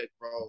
bro